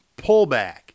pullback